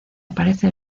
aparece